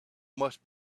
must